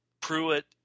Pruitt